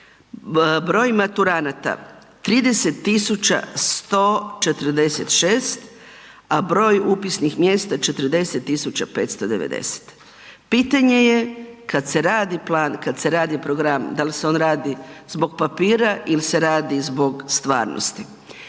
broj maturanata 30 146 a broj upisnih mjesta 40 590. Pitanje je kad se radi plan, kad se radi program, da li se on radi zbog papira ili se radi zbog stvarnosti.